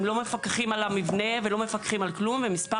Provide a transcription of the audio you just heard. מפקחים על המבנה ולא מפקחים על כלום ומספר